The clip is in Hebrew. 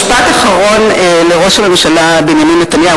משפט אחרון לראש הממשלה בנימין נתניהו,